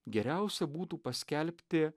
geriausia būtų paskelbti